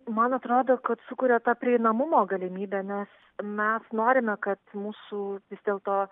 man atrodo kad sukuria ta prieinamumo galimybę nes mes norime kad mūsų vis dėlto